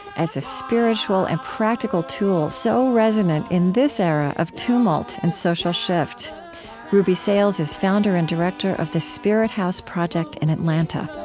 as a spiritual and practical tool so resonant in this era of tumult and social shift ruby sales is founder and director of the spirithouse project in atlanta